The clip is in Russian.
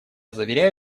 заверяю